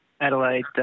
Adelaide